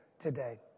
today